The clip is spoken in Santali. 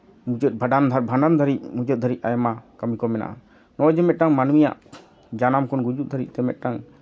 ᱢᱩᱪᱟᱹᱫ ᱵᱷᱟᱸᱰᱟᱱ ᱫᱷᱟᱹᱵᱤᱡ ᱢᱩᱪᱟᱹᱫ ᱫᱷᱟᱹᱵᱤᱡ ᱟᱭᱢᱟ ᱠᱟᱹᱢᱤ ᱠᱚ ᱢᱮᱱᱟᱜᱼᱟ ᱱᱚᱜᱼᱚᱭ ᱡᱮ ᱢᱤᱫᱴᱟᱱ ᱢᱟᱹᱱᱢᱤᱭᱟᱜ ᱡᱟᱱᱟᱢ ᱠᱷᱚᱱ ᱜᱩᱡᱩᱜ ᱫᱷᱟᱹᱵᱤᱡ ᱛᱮ ᱢᱤᱫᱴᱟᱱ